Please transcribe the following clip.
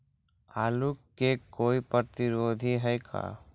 आलू के कोई प्रतिरोधी है का?